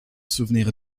souvenir